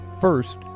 First